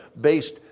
based